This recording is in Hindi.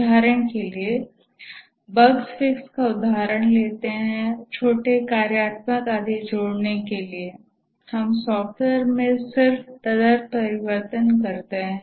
उदाहरण के लिए बग फिक्स का उदाहरण लेते है छोटे कार्यात्मकता आदि जोड़ने के लिए हम सॉफ्टवेयर में सिर्फ तदर्थ परिवर्तन करते हैं